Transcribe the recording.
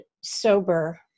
sober